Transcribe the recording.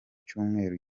cyumweru